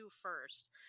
first